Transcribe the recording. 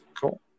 Cool